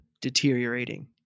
deteriorating